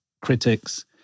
critics